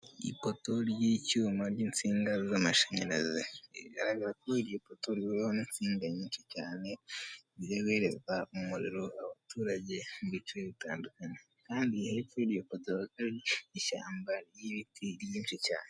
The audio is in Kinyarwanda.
Ipoto ry'icyuma n'insinga z'amashanyarazipotorwaho n'insinga nyinshi cyane zireberereza umuriro abaturage mu bice bitandukanye kandi hepfo y'iyopoto hari ishyamba ry'ibiti ryinshi cyane.